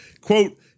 Quote